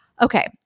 Okay